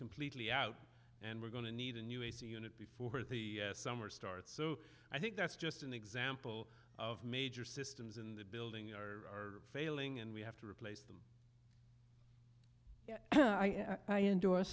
completely out and we're going to need a new ac unit before the summer starts so i think that's just an example of major systems in the building are failing and we have to replace them i endors